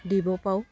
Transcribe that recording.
দিব পাৰোঁ